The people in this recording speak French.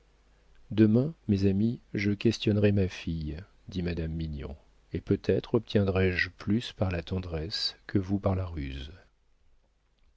demain mes amis je questionnerai ma fille dit madame mignon et peut-être obtiendrai je plus par la tendresse que vous par la ruse